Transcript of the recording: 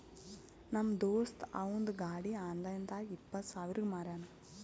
ನಮ್ ದೋಸ್ತ ಅವಂದ್ ಗಾಡಿ ಆನ್ಲೈನ್ ನಾಗ್ ಇಪ್ಪತ್ ಸಾವಿರಗ್ ಮಾರ್ಯಾನ್